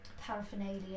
paraphernalia